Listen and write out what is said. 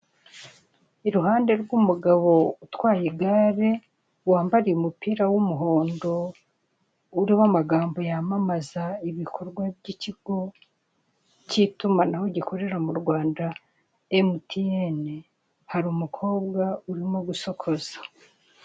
Iruhande rw'umugabo utwaye igare, wambaye umupira w'umuhondo, uriho amagambo yamamaza ibikorwa by'ikigo cy'itumanaho gikorera mu Rwanda, emutiyene, hari umukobwa urimo gusokoza.